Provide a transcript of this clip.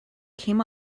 came